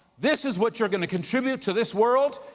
this is what you're gonna contribute to this world.